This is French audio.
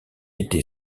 été